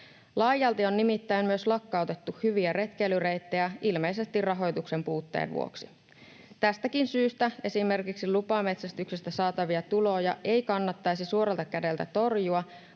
Laajalti on nimittäin myös lakkautettu hyviä retkeilyreittejä ilmeisesti rahoituksen puutteen vuoksi. Tästäkään syystä esimerkiksi lupametsästyksestä saatavia tuloja ei kannattaisi suoralta kädeltä torjua,